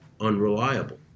unreliable